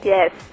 Yes